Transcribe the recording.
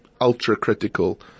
ultra-critical